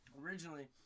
originally